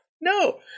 No